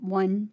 one